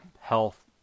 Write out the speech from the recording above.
health